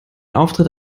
auftritt